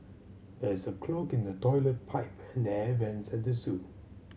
there is a clog in the toilet pipe and the air vents at the zoo